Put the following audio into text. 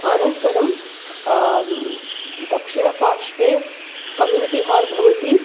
अनन्तरं दक्षिणपार्श्वे community hall भवति